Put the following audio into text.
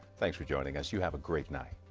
thanks for joining us, you have a great night